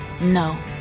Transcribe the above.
No